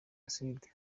jenoside